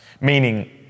Meaning